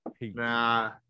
Nah